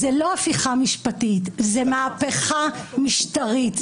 זו לא הפיכה משפטית, זו מהפכה משטרית.